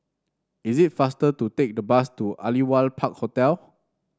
it is faster to take the bus to Aliwal Park Hotel